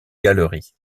galerie